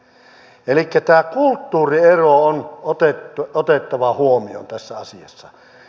elikkä tämä kulttuuriero on otettava huomioon tässä asiassa